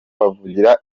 bavugira